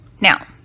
Now